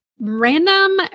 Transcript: random